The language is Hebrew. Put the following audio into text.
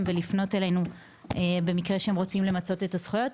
ולפנות אלינו במקרה שהם רוצים למצות את הזכויות.